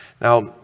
Now